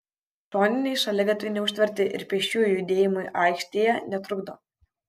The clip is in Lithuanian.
šoniniai šaligatviai neužtverti ir pėsčiųjų judėjimui aikštėje netrukdo